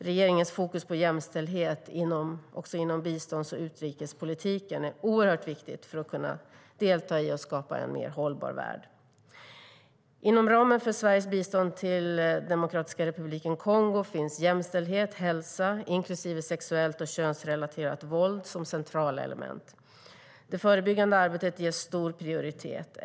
Regeringens fokus på jämställdhet också inom bistånds och utrikespolitiken är oerhört viktigt för att kunna delta i och skapa en mer hållbar värld. Inom ramen för Sveriges bistånd till Demokratiska republiken Kongo finns frågor om jämställdhet och hälsa, inklusive sexuellt och könsrelaterat våld, som centrala element. Det förebyggande arbetet ges stor prioritet.